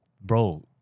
bro